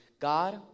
God